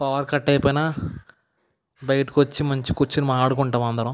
power cut అయిపోయినా బయటికి వచ్చి మంచిగా కూర్చొని మాట్లాడుకుంటాము అందరం